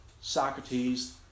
Socrates